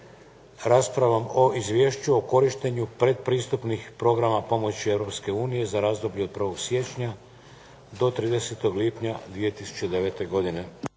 raspravom o Izvješću o korištenju predpristupnih programa pomoći Europske unije za razdoblje od 1. siječnja do 30. lipnja 2009. godine.